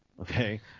okay